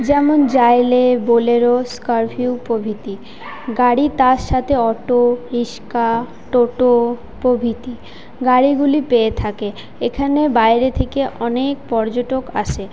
যেমন Xylo Bolero Scorpio প্রভৃতি গাড়ি তার সাথে অটো রিকশা টোটো প্রভৃতি গাড়িগুলি পেয়ে থাকে এখানে বাইরে থেকে অনেক পর্যটক আসে